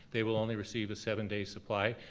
they will only receive a seven-day supply.